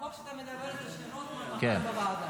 החוק שאתה מדבר עליו זה של רוטמן, מחר בוועדה.